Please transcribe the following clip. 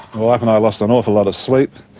and wife and i lost an awful lot of sleep,